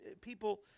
people